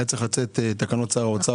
היו צריכות לצאת תקנות שר האוצר,